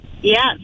Yes